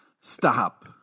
Stop